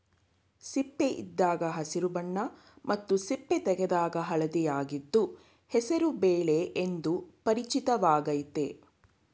ಸಿಪ್ಪೆಯಿದ್ದಾಗ ಹಸಿರು ಬಣ್ಣ ಮತ್ತು ಸಿಪ್ಪೆ ತೆಗೆದಾಗ ಹಳದಿಯಾಗಿದ್ದು ಹೆಸರು ಬೇಳೆ ಎಂದು ಪರಿಚಿತವಾಗಯ್ತೆ